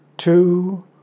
Two